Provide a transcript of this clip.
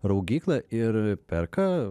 raugyklą ir perka